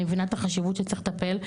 אני מבינה את החשיבות שצריך לטפל.